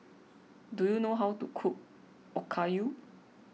do you know how to cook Okayu